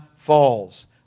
Falls